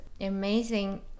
amazing